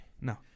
No